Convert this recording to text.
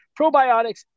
probiotics